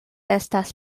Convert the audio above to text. estas